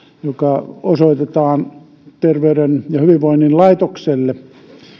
joka osoitetaan terveyden ja hyvinvoinnin laitokselle